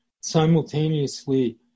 Simultaneously